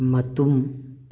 ꯃꯇꯨꯝ